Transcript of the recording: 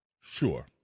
sure